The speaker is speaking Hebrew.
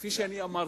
וכפי שאמרתי,